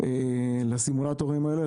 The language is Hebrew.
לסימולטורים האלה.